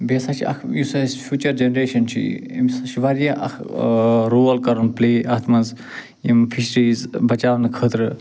بیٚیہِ ہسا چھِ اکھ یُس اَسہِ فیوٗچر جنریشَن چھِ أمِس ہسا چھِ واریاہ اکھ رول کرُن پٕلے اَتھ منٛز یِم فِشریٖز بچاونہٕ خٲطرٕ